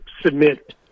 submit